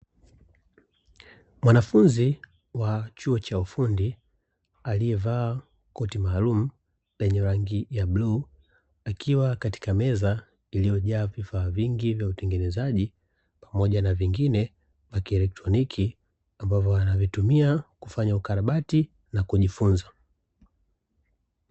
Mwanafunzi wa chuo cha ufundi aliyevaa koti maalumu lenye rangi ya bluu, akiwa katika meza iliyojaa vifaa vingi vya utengenezaji pamoja na vingine vya kieletroniki, ambavyo anavitumia kufanya ukarabati na kujifunza.